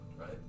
Right